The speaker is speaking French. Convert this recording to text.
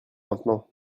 maintenant